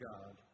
God